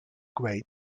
grape